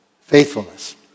faithfulness